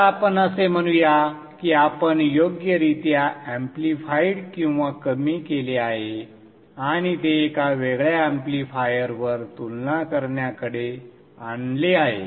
तर आपण असे म्हणूया की आपण योग्यरित्या ऍम्प्लिफाइड किंवा कमी केले आहे आणि ते एका वेगळ्या ऍम्प्लीफायरवर तुलना करणाऱ्याकडे आणले आहे